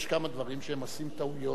יש כמה דברים שהם עושים טעויות,